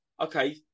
okay